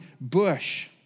bush